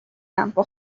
ام، با